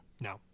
No